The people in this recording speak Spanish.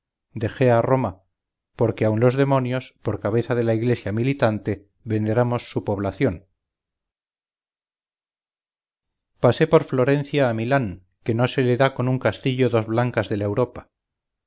dejé a roma porque aun los demonios por cabeza de la iglesia militante veneramos su población pasé por florencia a milán que no se le da con su castillo dos blancas de la europa